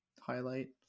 highlight